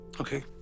Okay